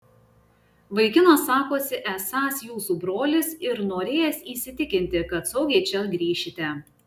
vaikinas sakosi esąs jūsų brolis ir norėjęs įsitikinti kad saugiai čia grįšite